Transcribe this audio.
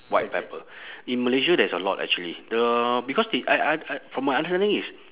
white pepper in malaysia there's a lot actually the because they I I I from my understanding is